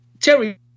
Terry